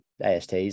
asts